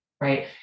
right